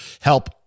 help